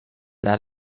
that